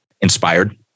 inspired